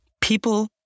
People